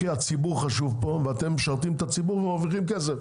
הציבור חשוב פה ואתם משרתים את הציבור ומרוויחים כסף,